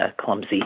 clumsy